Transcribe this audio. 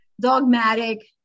dogmatic